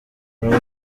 numwe